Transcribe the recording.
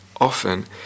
often